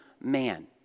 man